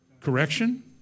correction